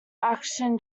action